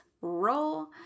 Roll